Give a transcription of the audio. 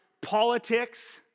politics